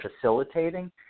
facilitating